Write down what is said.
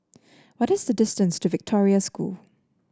what is the distance to Victoria School